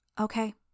Okay